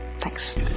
Thanks